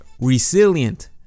Resilient